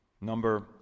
Number